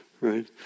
right